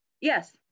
yes